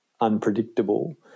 unpredictable